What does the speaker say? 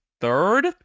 third